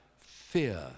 Fear